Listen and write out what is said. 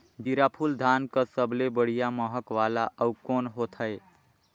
जीराफुल धान कस सबले बढ़िया महक वाला अउ कोन होथै?